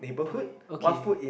okay okay